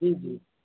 जी जी